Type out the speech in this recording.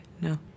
No